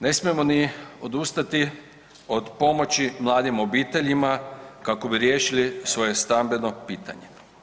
Ne smijemo ni odustati od pomoći mladim obiteljima kako bi riješili svoje stambeno pitanje.